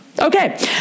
Okay